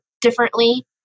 differently